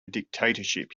dictatorship